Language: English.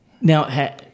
Now